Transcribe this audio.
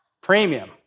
Premium